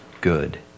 good